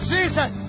Jesus